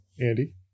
Andy